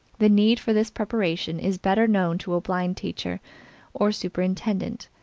the need for this preparation is better known to a blind teacher or superintendent,